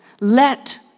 let